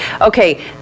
okay